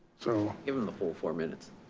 so give him the full four minutes,